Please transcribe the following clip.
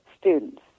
students